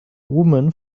women